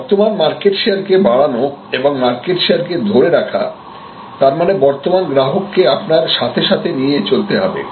বর্তমান market share কে বাড়ানো এবং মার্কেট শেয়ার কে ধরে রাখা তারমানে বর্তমান গ্রাহককে আপনার সাথে সাথে নিয়ে চলতে হবে